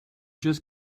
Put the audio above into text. just